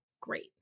great